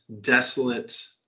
desolate